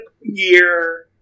year